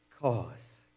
cause